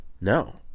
No